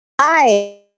hi